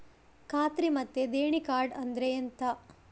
ಖಾತ್ರಿ ಮತ್ತೆ ದೇಣಿ ಕಾರ್ಡ್ ಅಂದ್ರೆ ಎಂತ?